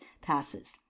passes